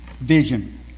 vision